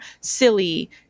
silly